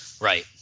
Right